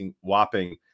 whopping